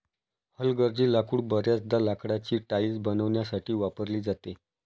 हलगर्जी लाकूड बर्याचदा लाकडाची टाइल्स बनवण्यासाठी वापरली जाते